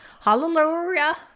Hallelujah